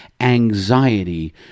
anxiety